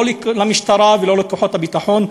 לא למשטרה ולא לכוחות הביטחון,